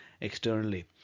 externally